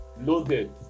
loaded